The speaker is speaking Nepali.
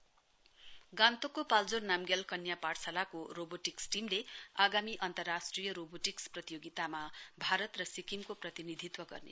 पीएनजी गान्तोक पाल्जोर नाम्गेल कन्या पाठशालाको रोबोटिंक्स टीमले आगामी अन्तरराष्ट्रिय रोबोटिक्स प्रतियोगितामा भारत र सिक्कमको प्रतिनिधित्व गर्ने